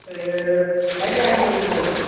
ते में ग्राम सेवक बोलै ना